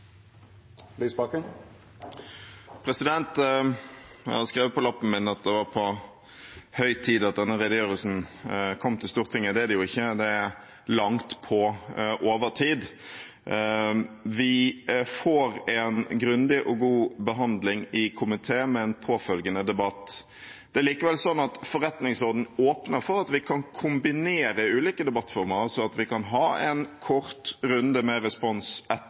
Jeg hadde skrevet på lappen min at det var på høy tid at denne redegjørelsen kom til Stortinget. Det er det jo ikke. Det er langt på overtid. Vi får en grundig og god behandling i komiteen med påfølgende debatt. Det er likevel sånn at forretningsordenen åpner for at vi kan kombinere ulike debattformer, altså at vi kan ha en kort runde med respons etter